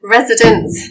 Residents